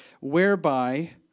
whereby